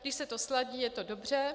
Když se to sladí, je to dobře.